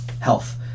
health